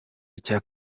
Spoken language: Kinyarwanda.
icya